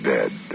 Dead